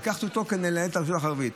לקחתי אותו כדי לנהל את הרשות החרדית.